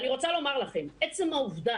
ואני רוצה לומר לכם: עצם העובדה